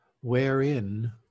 wherein